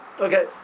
okay